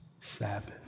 Sabbath